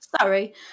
Sorry